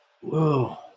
whoa